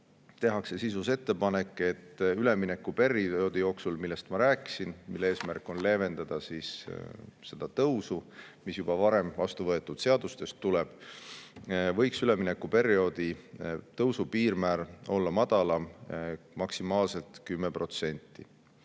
tehakse ettepanek, et üleminekuperioodi jooksul, millest ma rääkisin, mille eesmärk on leevendada seda tõusu, mis juba varem vastu võetud seadustest tuleneb, võiks tõusu piirmäär olla madalam, maksimaalselt 10%.